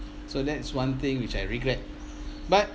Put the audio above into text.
so that's one thing which I regret but